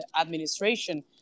administration